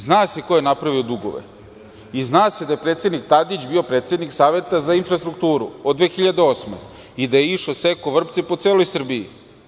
Zna se ko je napravio dugove i zna se da je predsednik Tadić bio predsednik Saveta za infrastrukturu od 2008. godine i da je išao, sekao vrpce po celoj Srbiji.